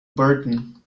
burton